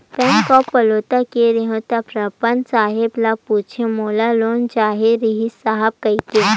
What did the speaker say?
bank of Baroda गेंव रहेव त परबंधक साहेब ल पूछेंव मोला लोन चाहे रिहिस साहेब कहिके